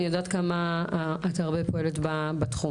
אני יודעת כמה הרבה את פועלת בתחום.